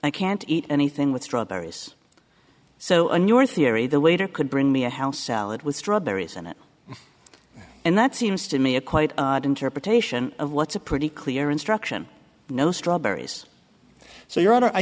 i can't eat anything with strawberries so in your theory the waiter could bring me a house salad with strawberries in it and that seems to me a quite odd interpretation of what's a pretty clear instruction no strawberries so you